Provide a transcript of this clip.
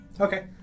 Okay